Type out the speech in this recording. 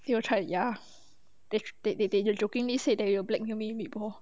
they are trying to laugh they they they jokingly say they will blackmail me meatball